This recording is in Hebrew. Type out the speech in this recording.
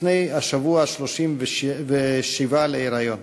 לפני השבוע ה-37 להיריון,